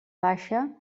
baixa